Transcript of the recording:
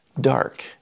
dark